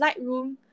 Lightroom